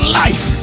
life